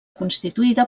constituïda